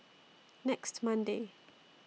next Monday